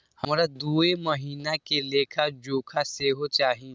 हमरा दूय महीना के लेखा जोखा सेहो चाही